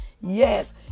yes